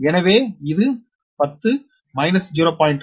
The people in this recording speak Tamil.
எனவே இது 10 0